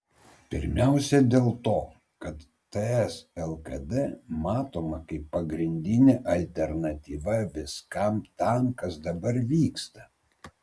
pirmiausia dėl to kad ts lkd matoma kaip pagrindinė alternatyva viskam tam kas dabar vyksta